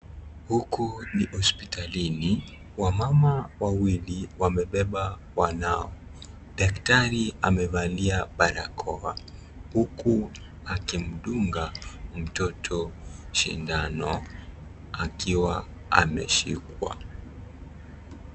Huku ni hospitalini wamama wawili wamebeba wanao, daktari amevalia barakoa huku akimdunga mtoto sindano akiwa ameshikwa.